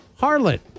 Harlot